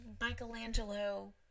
Michelangelo